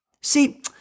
See